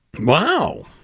Wow